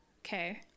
Okay